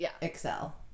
excel